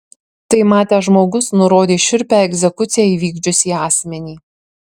tai matęs žmogus nurodė šiurpią egzekuciją įvykdžiusį asmenį